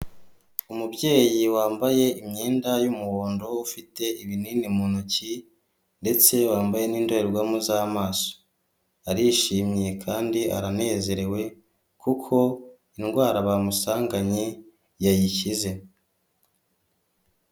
Umubyeyi wambaye imyenda y'umuhondo ufite ibinini mu ntoki, ndetse wambaye n'indorerwamo z'amaso, arishimye kandi aranezerewe kuko indwara bamusanganye yayikize.